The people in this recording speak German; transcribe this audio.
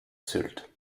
sylt